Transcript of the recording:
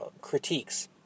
critiques